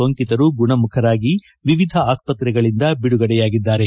ಸೋಂಕಿತರು ಗುಣಮುಖರಾಗಿ ವಿವಿಧ ಆಸ್ತತ್ರೆಗಳಿಂದ ಬಿಡುಗಡೆಯಾಗಿದ್ದಾರೆ